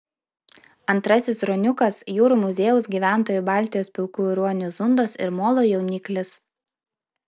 antrasis ruoniukas jūrų muziejaus gyventojų baltijos pilkųjų ruonių zundos ir molo jauniklis